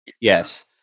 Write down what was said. yes